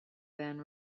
then